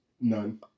None